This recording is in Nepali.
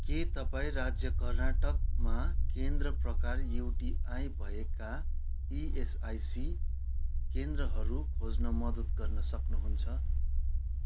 के तपाईँ राज्य कर्नाटकमा केन्द्र प्रकार युटिआई भएका इएसआइसी केन्द्रहरू खोज्न मद्दत गर्न सक्नुहुन्छ